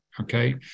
okay